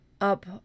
up